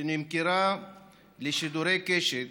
שנמכרה לשידורי קשת,